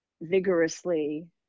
vigorously